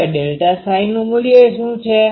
હવે ΔΨનુ મુલ્ય શુ છે